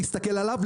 להסתכל עליו,